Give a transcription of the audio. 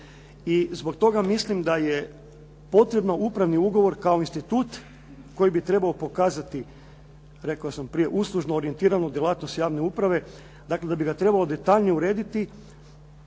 i zbog toga mislim da je potrebno upravni ugovor kao institut koji bi trebao pokazati, rekao sam prije, uslužno orijentiranu djelatnost javne uprave, dakle da bi ga trebalo detaljnije urediti